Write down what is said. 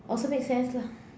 oh so make sense lah